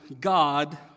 God